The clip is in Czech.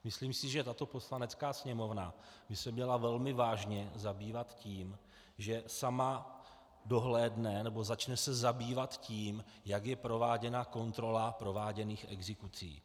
Myslím si, že tato Poslanecká sněmovna by se měla velmi vážně zabývat tím, že sama dohlédne, nebo začne se zabývat tím, jak je prováděna kontrola prováděných exekucí.